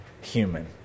human